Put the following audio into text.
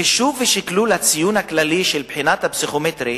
חישוב ושקלול הציון הכללי של הבחינה הפסיכומטרית